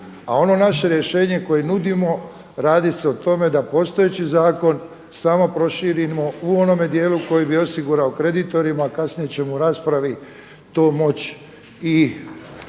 A ono naše rješenje koje nudimo radi se o tome da postojeći zakon samo proširimo u onome dijelu koji bi osigurao kreditorima, a kasnije ćemo u raspravi to moći